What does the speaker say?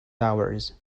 hours